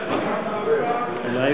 הוא מדבר כסגן שר האוצר?